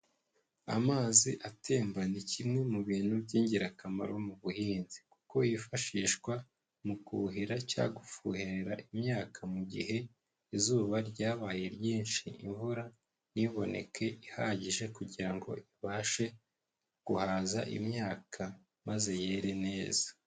Amazi atemba ni kimwe mu bintu by'ingirakamaro mu buhinzi, kuko yifashishwa mu kuhira cyangwa gufuhera imyaka mu gihe izuba ryabaye ryinshi imvura ntiboneke ihagije kugira ngo ibashe guhaza imyaka maze yere neza.